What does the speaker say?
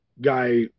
guy